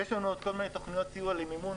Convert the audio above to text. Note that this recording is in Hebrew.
יש לנו עוד כל מיני תכניות סיוע למימון,